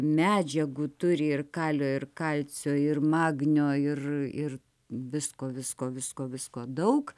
medžiagų turi ir kalio ir kalcio ir magnio ir ir visko visko visko visko daug